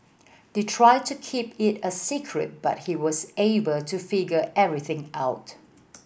they tried to keep it a secret but he was able to figure everything out